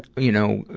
you know,